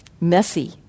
messy